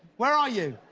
where are you?